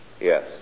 Yes